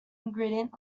ingredient